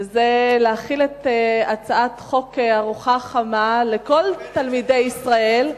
וזה להחיל את הצעת חוק ארוחה חמה על כל תלמידי ישראל,